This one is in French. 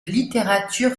littérature